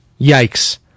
Yikes